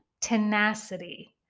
tenacity